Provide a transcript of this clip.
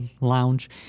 Lounge